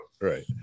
Right